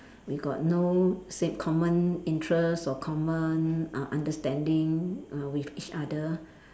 we got no same common interest or common uh understanding uh with each other